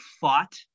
fought